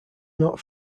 not